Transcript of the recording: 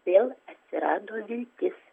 vėl atsirado viltis